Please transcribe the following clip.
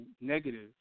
negative